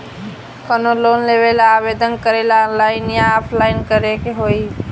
कवनो लोन लेवेंला आवेदन करेला आनलाइन या ऑफलाइन करे के होई?